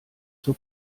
zur